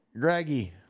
Greggy